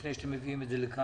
לפני שאתם מביאים את זה לכאן?